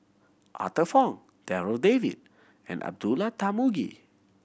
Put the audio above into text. Arthur Fong Darryl David and Abdullah Tarmugi